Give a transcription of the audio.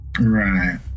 right